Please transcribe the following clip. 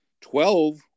twelve